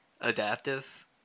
adaptive